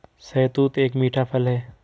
शहतूत एक मीठा फल है